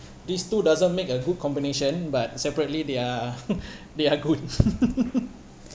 these two doesn't make a good combination but separately they are they are good